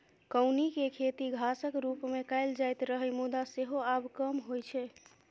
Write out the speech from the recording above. कौनी के खेती घासक रूप मे कैल जाइत रहै, मुदा सेहो आब कम होइ छै